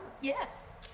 Yes